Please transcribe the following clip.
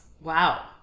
Wow